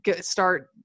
start